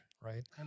right